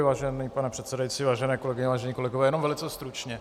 Vážený pane předsedající, vážené kolegyně, vážení kolegové, jenom velice stručně.